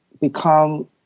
become